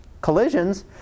collisions